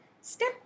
step